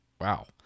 wow